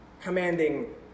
commanding